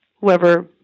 whoever